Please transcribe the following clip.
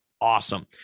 awesome